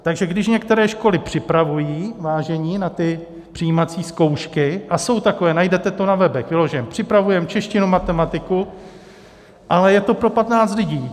Takže když některé školy připravují, vážení, na ty přijímací zkoušky, a jsou takové, najdete to na webech: připravujeme češtinu, matematiku ale je to pro patnáct lidí.